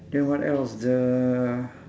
then what else the